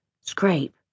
scrape